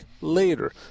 later